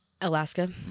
Alaska